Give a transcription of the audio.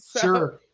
Sure